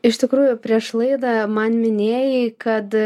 iš tikrųjų prieš laidą man minėjai kad